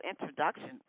introduction